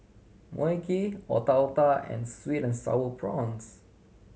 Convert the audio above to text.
Mui Kee Otak Otak and sweet and Sour Prawns